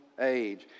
age